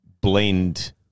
blend